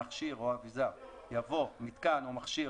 מכשיר או אביזר" יבוא "מיתקן או מכשיר",